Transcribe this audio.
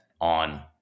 on